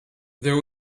there